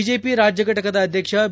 BJP ರಾಜ್ಯ ಘಟಕದ ಅಧ್ಯಕ್ಷ ಬಿ